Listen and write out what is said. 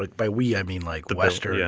like by we, i mean like the western, yeah